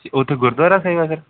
ਅਤੇ ਉੱਥੇ ਗੁਰਦੁਆਰਾ ਸਾਹਿਬ ਹੈ ਸਰ